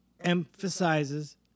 emphasizes